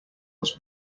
was